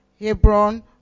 Hebron